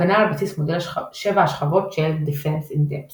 הגנה על-בסיס מודל שבע השכבות של Defense in Depth